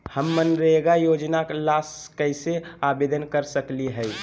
हम मनरेगा योजना ला कैसे आवेदन कर सकली हई?